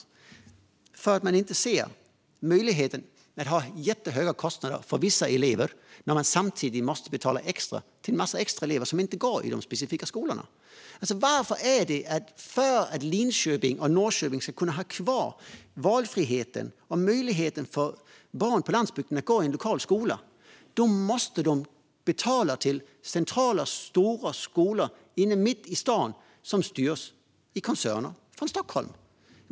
Man gör det för att man inte ser möjligheten att ha jättehöga kostnader för vissa elever när man samtidigt måste betala extra för en massa extra elever som inte går i de specifika skolorna. Varför måste Linköping och Norrköping för att ha kvar valfriheten och möjligheten för barn på landsbygden att gå i en lokal skola betala till centrala stora skolor mitt i stan som styrs av koncerner i Stockholm?